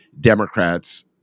Democrats